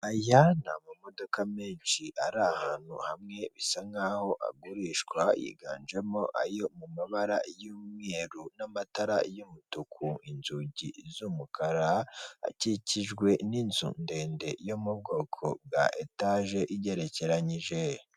Aya ni amamodoka menshi ari ahantu hamwe bisa nkaho agurishwa. Yiganjemo ayo mu mabara y'umweru n'amatara y'umutuku, inzugi z'umukara. Akikijwe n'inzu ndende yo mu bwoko bwa etaje igerekeranyije.